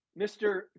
Mr